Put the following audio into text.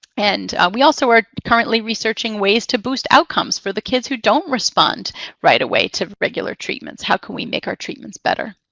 and we also are currently researching ways to boost outcomes for the kids who don't respond right away to regular treatments. how can we make our treatments better?